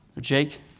Jake